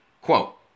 Quote